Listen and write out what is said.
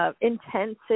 intensive